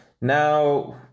now